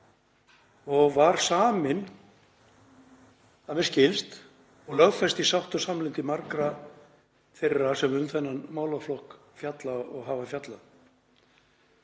og var samin, að mér skilst, og lögfest í sátt og samlyndi margra þeirra sem um þennan málaflokk fjalla og hafa fjallað.